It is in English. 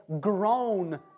grown